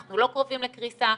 אנחנו לא קרובים לקריסה,